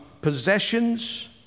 possessions